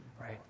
right